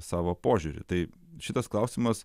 savo požiūrį tai šitas klausimas